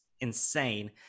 insane